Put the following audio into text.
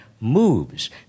moves